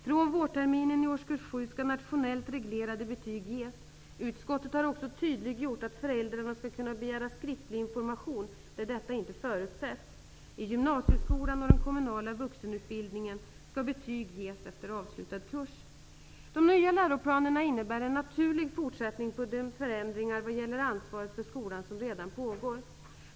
Från vårterminen i årskurs 7 skall nationellt reglerade betyg ges. Utskottet har också tydliggjort att föräldrarna skall kunna begära skriftlig information där detta inte förutsätts. I gymnasieskolan och i den kommunala vuxenutbildningen skall betyg ges efter avslutad kurs. De nya läroplanerna innebär en naturlig fortsättning på de förändringar vad gäller ansvaret för skolan som redan pågår.